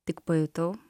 tik pajutau